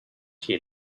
here